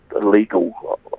illegal